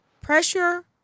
Pressure